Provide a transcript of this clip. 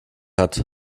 hat